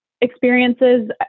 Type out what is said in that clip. experiences